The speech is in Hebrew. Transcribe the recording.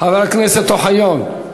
חבר הכנסת אוחיון,